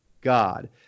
God